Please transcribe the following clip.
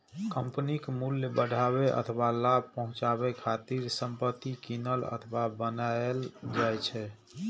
कंपनीक मूल्य बढ़ाबै अथवा लाभ पहुंचाबै खातिर संपत्ति कीनल अथवा बनाएल जाइ छै